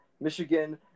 Michigan